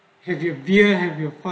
have you beer have your baik